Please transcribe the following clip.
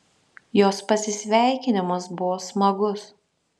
jos pasisveikinimas buvo smagus